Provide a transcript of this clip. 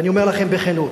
ואני אומר לכם בכנות,